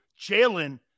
Jalen